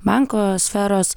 banko sferos